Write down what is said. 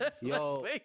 Yo